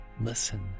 listen